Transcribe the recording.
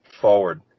forward